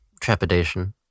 trepidation